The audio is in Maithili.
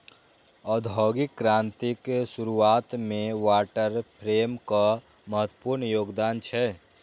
औद्योगिक क्रांतिक शुरुआत मे वाटर फ्रेमक महत्वपूर्ण योगदान छै